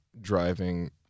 driving